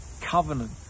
covenant